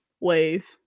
Wave